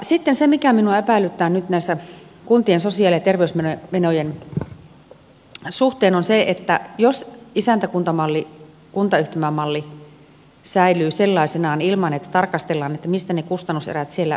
sitten se mikä minua epäilyttää nyt näiden kuntien sosiaali ja terveysmenojen suhteen on se jos isäntäkuntamalli kuntayhtymämalli säilyy sellaisenaan ilman että tarkastellaan mistä ne kustannuserät siellä muodostuvat